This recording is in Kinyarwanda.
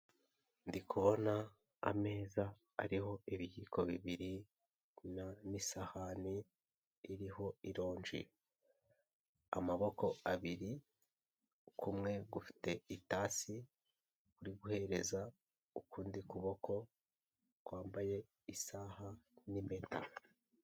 Ndi kubona ameza ariho ibiyiko bibiri n'isahani iriho ironji amaboko abiri kumwe gufite itasi kuri guhereza ukundi kuboko kwambaye isaha n'impeta.